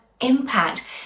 impact